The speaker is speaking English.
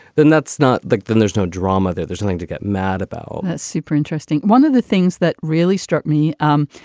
then that's not. then there's no drama there. there's nothing to get mad about super interesting. one of the things that really struck me um